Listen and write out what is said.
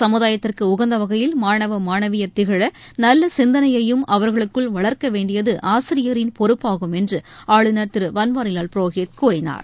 சமுதாயத்துக்குஉகந்தவகையில் மாணவ மாணவியர் திகழநல்லசிந்தனையையும் அவர்களுக்குள் வளர்க்கவேண்டியதுஆசிரியரின் பொறுப்பாகும் என்றுஆளுநர் திருபன்வாரிவால் புரோஹித் கூறினார்